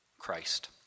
Christ